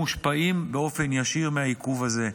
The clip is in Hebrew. והם מושפעים באופן ישיר מהעיכוב הזה.